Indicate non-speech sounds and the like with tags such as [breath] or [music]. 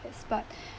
but [breath]